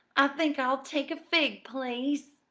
i think i'll take a fig, please!